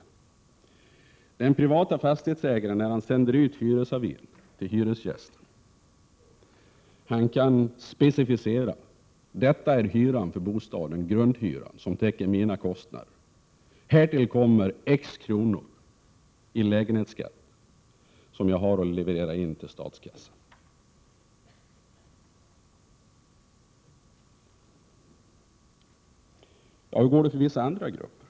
När den private fastighetsägaren sänder ut hyresavin till hyresgästen kan han specificera vad som är hyran för bostaden, grundhyran som täcker hans kostnader, och därtill kommer x kronor i lägenhetsskatt, som han har att leverera in till statskassan. Hur går det då för vissa andra grupper?